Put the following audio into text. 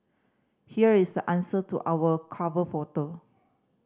here is the answer to our cover photo